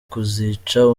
kuzica